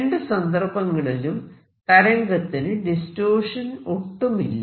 രണ്ടു സന്ദർഭങ്ങളിലും തരംഗത്തിന് ഡിസ്റ്റോർഷൻ ഒട്ടുമില്ല